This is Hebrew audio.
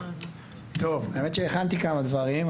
האמת שהכנתי כמה דברים,